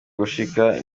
gushika